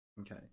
Okay